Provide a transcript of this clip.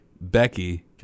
Becky